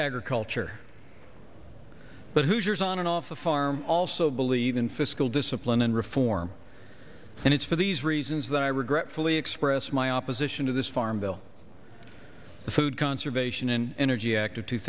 agriculture but hooters on and off the farm also believe in fiscal discipline and reform and it's for these reasons that i regretfully express my opposition to this farm bill the food conservation and energy act of two